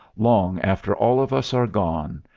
long after all of us are gone,